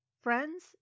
Friends